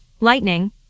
lightning